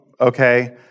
okay